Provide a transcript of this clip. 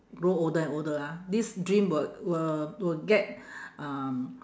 grow older and older ah this dream will will will get um